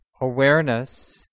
awareness